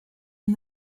and